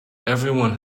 everyone